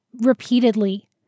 repeatedly